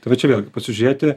tai va čia vėlgi pasižiūrėti